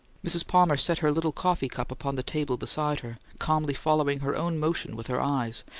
mrs. palmer set her little coffee-cup upon the table beside her, calmly following her own motion with her eyes,